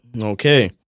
Okay